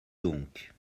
donc